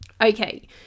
Okay